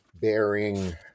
bearing